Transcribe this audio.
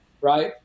right